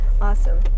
awesome